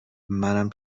منم